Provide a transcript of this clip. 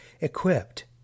equipped